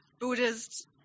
Buddhist